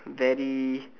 very